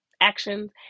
actions